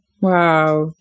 Wow